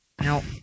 No